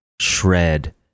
shred